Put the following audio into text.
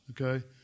okay